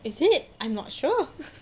is it I'm not sure